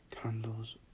Candles